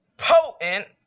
Potent